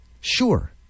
Sure